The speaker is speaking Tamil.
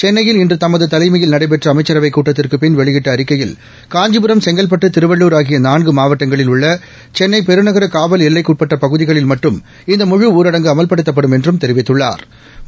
சென்னையில் இன்று தமது தலைமையில்நடைபெற்ற அமைச்சரவைக் கூட்டத்திற்குப் பின் வெளியிட்ட அறிக்கையில் காஞ்சிபுரம் செங்கல்பட்டு திருவள்ளூர் ஆகிய நாள்கு மாவட்டங்களில்உள்ள சென்னை பெருநகர காவல் எல்லைக்குட்பட்ட பகுதிகளில் மட்டும் இந்த முழு ஊரடங்கு அமல்படுத்தப்படும் என்றும் தெரிவித்துள்ளாா்